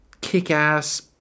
kick-ass